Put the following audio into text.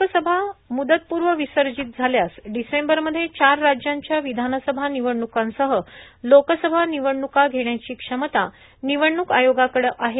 लोकसभा मुदतपूर्व विसर्जित झाल्यास डिसेंबरमध्ये चार राज्यांच्या विधानसभा निवडणूकांसह लोकसभा निवडणूका घेण्याची क्षमता निवडणूक आयोगाकडं आहे